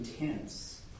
intense